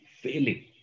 failing